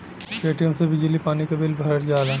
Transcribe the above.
Paytm से बिजली पानी क बिल भरल जाला